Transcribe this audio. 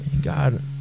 God